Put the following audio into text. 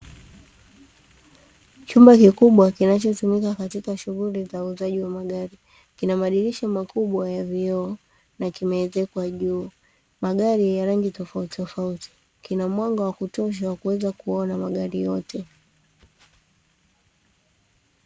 Chumba kikubwa kinachotumika katika shughuli za uuzaji wa magari, kina madirisha makubwa ya vioo na kimeezekwa juu, magari ya rangi tofauti tofauti. Kina mwanga wa kutosha wa kuweza kuona magari yote.